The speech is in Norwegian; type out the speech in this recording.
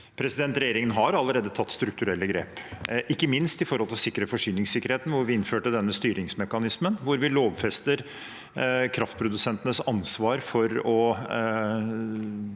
Regjeringen har allerede tatt strukturelle grep, ikke minst når det gjelder å sikre forsyningssikkerheten, da vi innførte denne styringsmekanismen hvor vi lovfester kraftprodusentenes ansvar for å